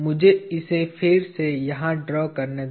मुझे इसे फिर से यहाँ ड्रा करने दें